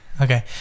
okay